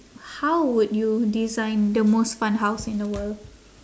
how would you design the most fun house in the world